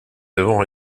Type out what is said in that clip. n’avons